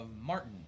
Martin